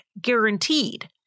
Guaranteed